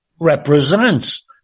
represents